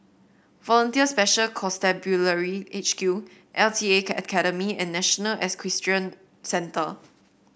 Volunteer Special Constabulary H Q L T A Academy and National Equestrian Centre